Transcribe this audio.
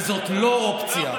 וזאת לא אופציה.